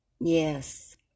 yes